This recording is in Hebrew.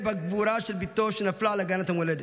בגבורה של בתו שנפלה על הגנת המולדת?